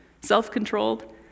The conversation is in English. self-controlled